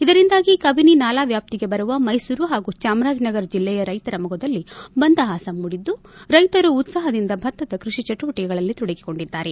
ಇದರಿಂದಾಗಿ ಕಬಿನಿ ನಾಲಾ ವ್ಯಾಪ್ತಿಗೆ ಬರುವ ಮೈಸೂರು ಹಾಗೂ ಚಾಮರಾಜನಗರ ಜಿಲ್ಲೆಯ ರೈತರ ಮೊಗದಲ್ಲಿ ಮಂದಹಾಸ ಮೂಡಿದ್ದು ರೈತರು ಉತ್ಸಾಹದಿಂದ ಭಕ್ತದ ಕ್ಕಷಿ ಚಟುವಟಿಕೆಗಳಲ್ಲಿ ತೊಡಗಿಕೊಂಡಿದ್ದಾರೆ